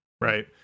right